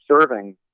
serving